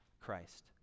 Christ